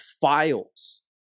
files